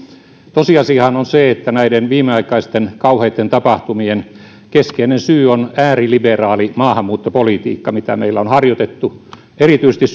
tosiasiahan on se että näiden viimeaikaisten kauheitten tapahtumien keskeinen syy on ääriliberaali maahanmuuttopolitiikka mitä meillä on harjoitettu erityisesti